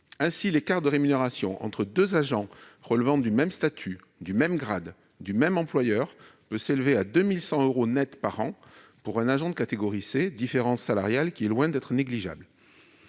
Ainsi, l'écart de rémunération entre deux agents relevant du même statut, du même grade et du même employeur peut s'élever à 2 100 euros nets par an pour un agent de catégorie C. Cette différence salariale est loin d'être négligeable.